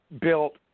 built